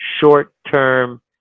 short-term